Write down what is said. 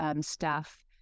staff